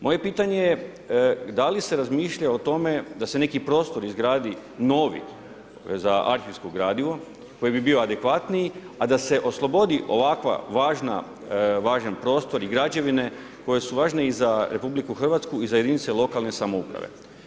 Moje pitanje je da li se razmišlja o tome da se neki prostor izgradi novi za arhivsko gradivo koji bi bio adekvatniji, a da se oslobodi ovako važan prostor i građevine koje su važne i za RH i za jedinice lokalne samouprave.